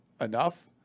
enough